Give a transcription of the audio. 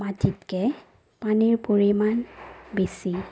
মাটিতকৈ পানীৰ পৰিমাণ বেছি